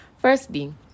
Firstly